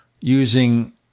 using